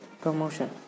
promotion